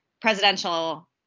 presidential